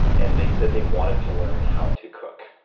and they said they wanted to learn how to cook,